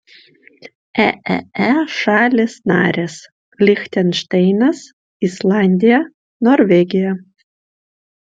eee šalys narės lichtenšteinas islandija norvegija